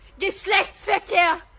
Geschlechtsverkehr